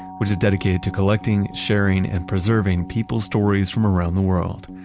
which is dedicated to collecting, sharing, and preserving people's stories from around the world.